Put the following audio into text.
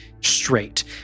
straight